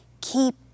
keep